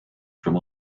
from